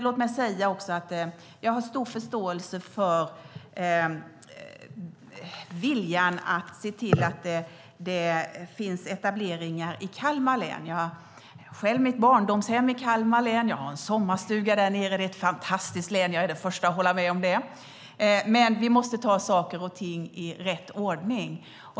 Låt mig också säga att jag har stor förståelse för viljan att se till att det finns etableringar i Kalmar län. Jag har själv mitt barndomshem i Kalmar län. Jag har en sommarstuga där nere. Det är ett fantastiskt län. Jag är den första att hålla med om det. Men vi måste ta saker och ting i rätt ordning.